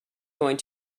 going